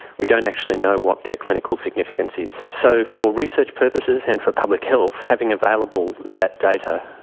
we don't actually know what their clinical significance is. so for research purposes and for public health, having available that data,